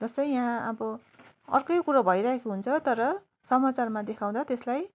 जस्तै यहाँ अब अर्कै कुरो भइरहेको हुन्छ तर समाचारमा देखाउँदा त्यसलाई